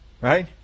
Right